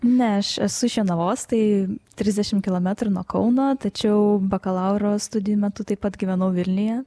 ne aš esu iš jonavos tai trisdešimt kilometrų nuo kauno tačiau bakalauro studijų metu taip pat gyvenau vilniuje